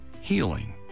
healing